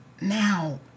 Now